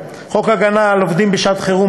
76. חוק להגברת האכיפה של דיני העבודה,